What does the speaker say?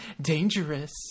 dangerous